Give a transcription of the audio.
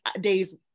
days